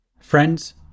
Friends